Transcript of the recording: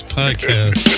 podcast